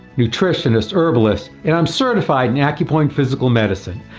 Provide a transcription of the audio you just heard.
nutritionist, herbalist, and i am certified in acupoint physical medicine.